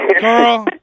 girl